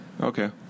Okay